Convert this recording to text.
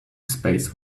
space